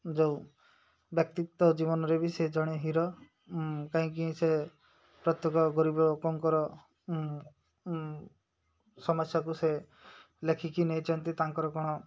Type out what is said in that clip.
ଯେଉଁ ବ୍ୟକ୍ତିତ୍ୱ ଜୀବନରେ ବି ସେ ଜଣେ ହିରୋ କାହିଁକି ସେ ପ୍ରତ୍ୟେକ ଗରିବ ଲୋକଙ୍କର ସମସ୍ୟାକୁ ସେ ଲେଖିକି ନେଇଛନ୍ତି ତାଙ୍କର କ'ଣ